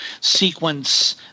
sequence